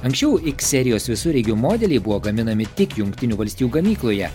anksčiau x serijos visureigių modeliai buvo gaminami tik jungtinių valstijų gamykloje